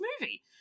movie